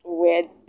weird